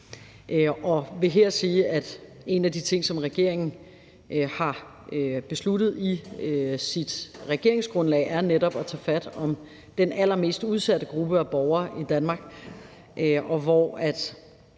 Jeg vil her sige, at en af de her ting, som regeringen har besluttet i sit regeringsgrundlag, netop er at tage fat om den allermest udsatte gruppe af borgere i Danmark.